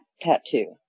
tattoo